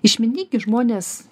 išmintingi žmonės